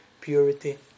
purity